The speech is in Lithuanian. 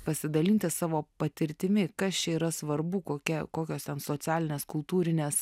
pasidalinti savo patirtimi kas čia yra svarbu kokia kokios ten socialinės kultūrinės